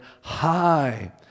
high